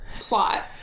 plot